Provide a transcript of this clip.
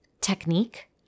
technique